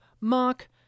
Mark